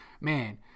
man